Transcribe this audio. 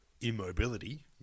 immobility